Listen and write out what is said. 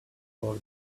for